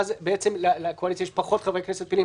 ואז לקואליציה יש פחות חסרי כנסת פעילים.